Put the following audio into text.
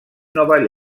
nova